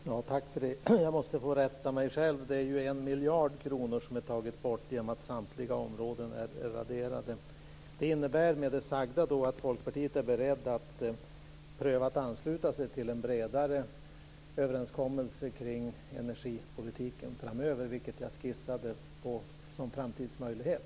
Fru talman! Jag måste få rätta mig själv. Det är ju 1 miljard som har tagits bort genom att samtliga områden är raderade. Det sagda innebär då att Folkpartiet är berett att försöka ansluta sig till en bredare överenskommelse kring energipolitiken framöver, vilket jag skissade på som framtidsmöjlighet.